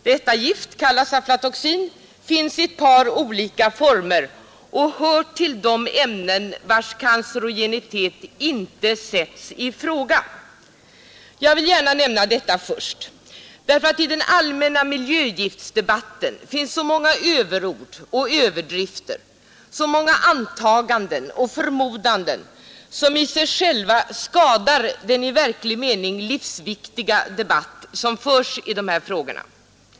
Detta gift kallas aflatoxin, finns i ett par olika former och hör till de ämnen vars cancerogenitet inte sätts i fråga. Jag vill gärna nämna detta först, därför att i den allmänna miljögiftsdebatten finns så många överord och överdrifter, så många antaganden och förmodanden, som i sig själva skadar den i verklig mening livsviktiga debatt som förs i dessa frågor.